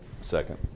second